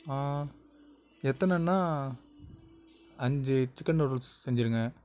எத்தனன்னால் அஞ்சு chicken noodles செஞ்சுருங்க